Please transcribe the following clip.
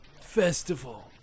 Festival